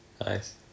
Nice